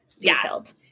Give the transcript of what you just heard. detailed